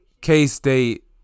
K-State